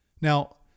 Now